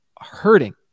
hurting